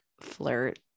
flirt